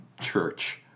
church